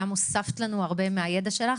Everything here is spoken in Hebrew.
גם הוספת לנו הרבה מן הידע שלך.